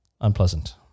unpleasant